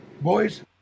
boys